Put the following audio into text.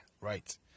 right